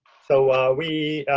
so we,